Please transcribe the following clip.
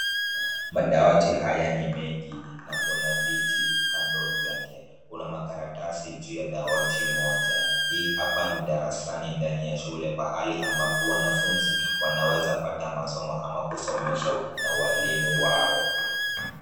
Madawati haya ni mengi na kuna viti kando zake. Kuna makaratasi juu ya dawati moja. Hapa ni darasani ndani ya shule pahali ambapo wanafunzi wanaweza pata masomo ama kusomeshwa na walimu wao.